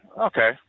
Okay